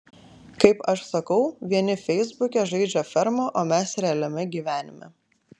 kaip aš sakau vieni feisbuke žaidžia fermą o mes realiame gyvenime